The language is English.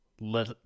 Let